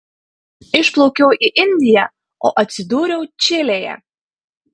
išplaukiau į indiją o atsidūriau čilėje